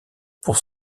pour